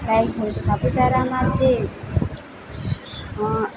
લાયક હોય છે સાપુતારામાં છે